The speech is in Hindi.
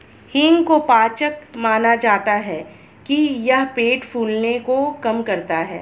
हींग को पाचक माना जाता है कि यह पेट फूलने को कम करता है